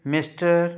mister